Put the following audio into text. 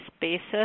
basis